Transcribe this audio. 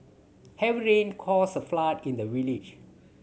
heavy rain caused a flood in the village